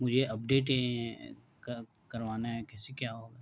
مجھے اپڈیٹ کروانا ہے کیسے کیا ہوگا